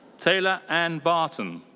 taylor anne barton.